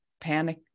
panic